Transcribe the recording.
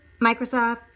Microsoft